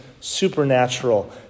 supernatural